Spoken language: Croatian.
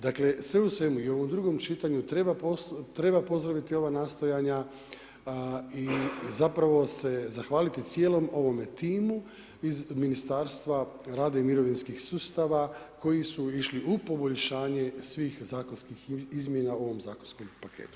Dakle, sve u svemu, i ovom drugom čitanju treba pozdraviti ova nastojanja i zapravo se zahvaliti cijelom ovome timu iz Ministarstva rada i mirovinskog sustava koji su išli u poboljšanje svih zakonskih izmjena u ovom zakonskom paketu.